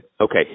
okay